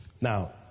Now